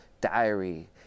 diary